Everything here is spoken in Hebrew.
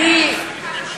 נכון.